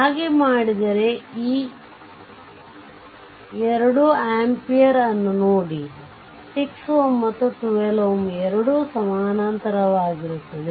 ಹಾಗೆ ಮಾಡಿದರೆ ಈ ಎರಡು ಆಂಪಿಯರ್ ಅನ್ನು ನೋಡಿ ಮತ್ತು 6 Ω ಮತ್ತು 12 Ω ಎರಡೂ ಸಮಾನಾಂತರವಾಗಿರುತ್ತವೆ